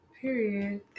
Period